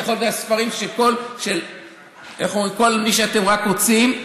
זה יכול להיות הספרים של כל מי שאתם רק רוצים,